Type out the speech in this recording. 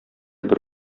бер